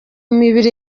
mibiri